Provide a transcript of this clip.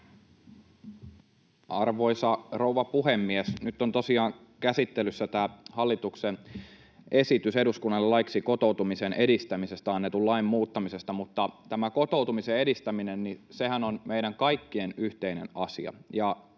Arvoisa rouva puhemies! Nyt on tosiaan käsittelyssä tämä hallituksen esitys eduskunnalle laiksi kotoutumisen edistämisestä annetun lain muuttamisesta. Tämä kotoutumisen edistäminenhän on meidän kaikkien yhteinen asia.